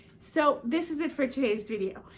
so, this is it for today's video.